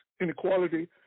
inequality